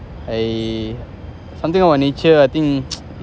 eh something about nature I think